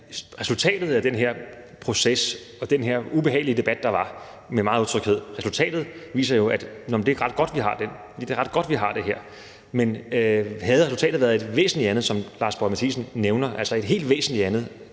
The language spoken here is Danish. Resultatet af den her proces og den her ubehagelige debat, der var, med meget utryghed, viser, at det er ret godt, vi har den; det er ret godt, vi har det her. Men havde resultatet været et væsentligt andet, som Lars Boje Mathiesen nævner, altså et helt væsentligt andet